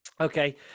okay